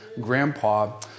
grandpa